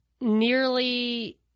nearly